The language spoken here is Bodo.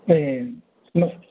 ए